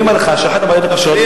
אני אומר לך שאחת הבעיות הקשות,